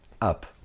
up